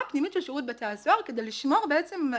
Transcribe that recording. פנימית של שירות בתי הסוהר כדי לשמור בעצם,